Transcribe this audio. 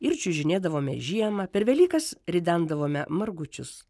ir čiužinėdavome žiemą per velykas ridendavome margučius